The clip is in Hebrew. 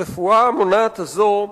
הרפואה המונעת הזאת,